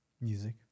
music